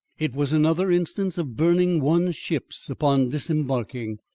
it was another instance of burning one's ships upon disembarking,